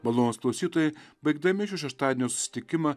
malonūs klausytojai baigdami šį šeštadienio susitikimą